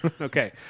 Okay